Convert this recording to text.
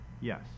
yes